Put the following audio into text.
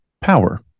power